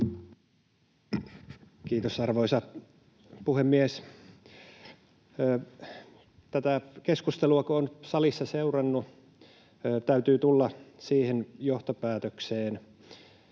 Kiitos, arvoisa puhemies! Tätä keskustelua kun on salissa seurannut, niin täytyy tulla siihen johtopäätökseen,